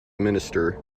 minister